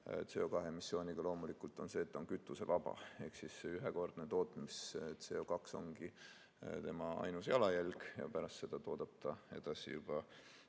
CO2emissiooniga, on loomulikult see, et ta on kütusevaba. Ehk see ühekordne tootmise CO2ongi tema ainus jalajälg ja pärast seda toodab ta edasi